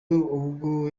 ubwo